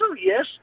Yes